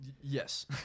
Yes